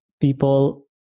people